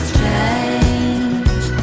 change